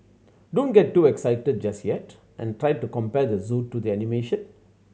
don't get too excited just yet and try to compare the zoo to the animation